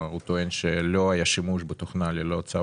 הוא טוען שלא היה שימוש בתוכנה ללא צו